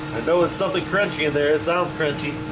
know with something crunchy in there. it sounds crunchy